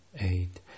eight